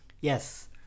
Yes